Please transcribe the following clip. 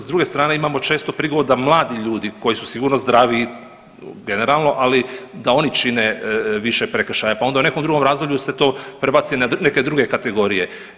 S druge strane imamo često prigovor da mladi ljudi koji su sigurno zdraviji generalno, ali da oni čine više prekršaja pa onda u nekom drugom razdoblju se to prebaci na neke druge kategorije.